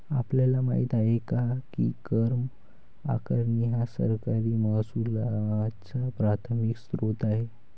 आपल्याला माहित आहे काय की कर आकारणी हा सरकारी महसुलाचा प्राथमिक स्त्रोत आहे